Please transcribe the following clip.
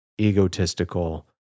egotistical